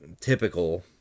typical